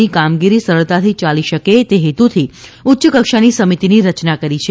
ની કામગીરી સરળતાથી યાલી શકે તે હેતુથી ઉચ્ચકક્ષાની સમિતિની રચના કરી છે